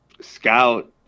scout